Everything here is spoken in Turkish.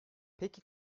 peki